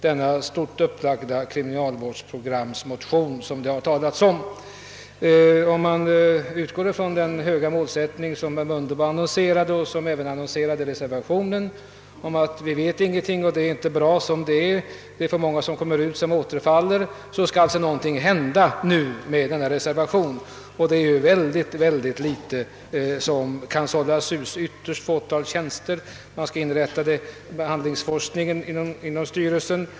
Herr Mundebo anser liksom reservanterna att vi just inte vet någonting om dessa saker, att förhållandena inte är bra som de är och att för många av de frigivna återfaller i brott. Och man annonserar den höga målsättningen att man nu skall göra någonting för att hej da detta, men det är mycket litet som kan sållas ut ur motionen och reservationen. Det föreslås ett fåtal nya tjänster, liksom inrättandet av ett behandlingsforskningsorgan inom =<:styrelsen.